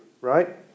right